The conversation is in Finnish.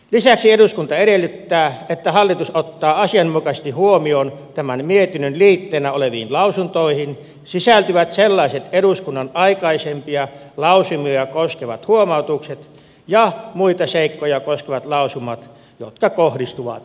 lisäksi eduskunta edellyttää että hallitus ottaa asianmukaisesti huomioon tämän mietinnön liitteenä oleviin lausuntoihin sisältyvät eduskunnan aikaisempia lausumia koskevat huomautukset ja muita seikkoja koskevat lausumat jotka kohdistuvat hallitukseen